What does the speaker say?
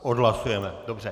Odhlasujeme, dobře.